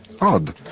Odd